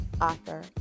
Author